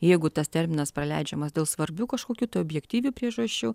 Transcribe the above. jeigu tas terminas praleidžiamas dėl svarbių kažkokių tai objektyvių priežasčių